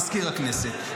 מזכיר הכנסת,